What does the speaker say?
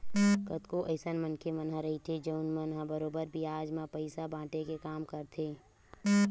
कतको अइसन मनखे मन ह रहिथे जउन मन ह बरोबर बियाज म पइसा बाटे के काम करथे